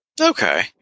Okay